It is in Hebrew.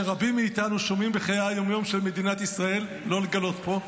שרבים מאיתנו שומעים בחיי היום-יום של מדינת ישראל" לא לגלות פה,